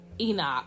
Enoch